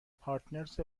پارتنرز